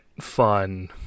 fun